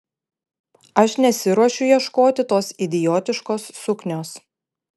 aš nesiruošiu ieškoti tos idiotiškos suknios